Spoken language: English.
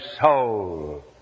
soul